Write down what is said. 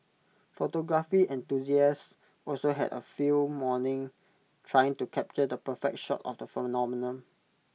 photography enthusiasts also had A field morning trying to capture the perfect shot of the phenomenon